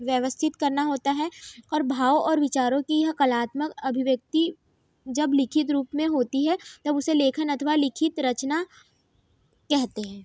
व्यवस्थित करना होता है और भावों और विचारों की यह कलात्मक अभिव्यक्ति जब लिखित रूप में होती है तब उसे लेखन अथवा लिखित रचना कहते हैं